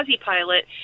pilot